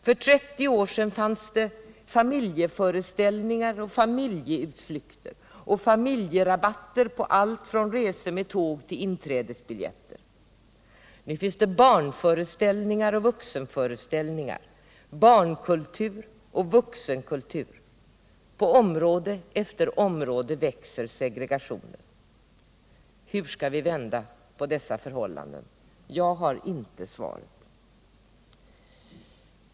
För 30 år sedan fanns det familjeföreställningar, familjeutflykter och familjerabatter på allt från resor med tåg till inträdesbiljetter. Nu finns barnföreställningar och vuxenföreställningar, barnkultur och vuxenkultur. På område efter område växer segregationen. Hur skall vi vända på dessa förhållanden? Jag har inte svaret.